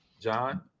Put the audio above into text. John